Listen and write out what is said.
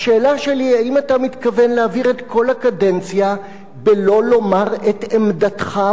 האם אתה מתכוון להעביר את כל הקדנציה בלא לומר את עמדתך בשאלות